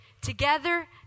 together